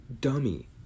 dummy